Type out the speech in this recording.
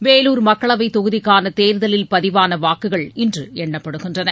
வேலூர் மக்களவை தொகுதிக்கான தேர்தலில் பதிவான வாக்குகள் இன்று எண்ணப்படுகின்றன